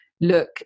Look